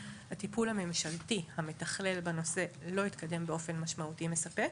הטיפול הממשלתי המתכלל בנושא לא התקדם באופן משמעותי ומספק,